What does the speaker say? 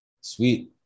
sweet